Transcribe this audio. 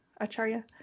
Acharya